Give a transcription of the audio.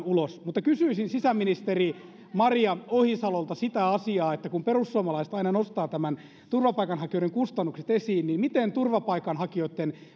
ulos mutta kysyisin sisäministeri maria ohisalolta sitä asiaa että kun perussuomalaiset aina nostavat nämä turvapaikanhakijoiden kustannukset esiin niin miten turvapaikanhakijoitten